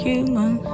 Human